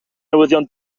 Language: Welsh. newyddion